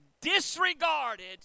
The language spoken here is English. disregarded